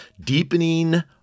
deepening